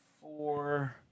four